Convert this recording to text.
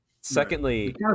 Secondly